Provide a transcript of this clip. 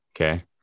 Okay